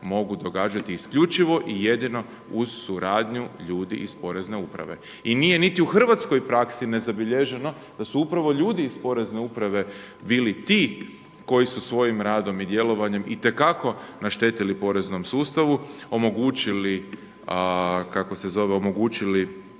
mogu događati isključivo i jedino uz suradnju ljudi iz porezne uprave. I nije niti u hrvatskoj praksi nezabilježeno da su upravo ljudi iz porezne uprave bili ti koji su svojim radom i djelovanjem i te kako naštetili poreznom sustavu, omogućili protuzakonito